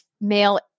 male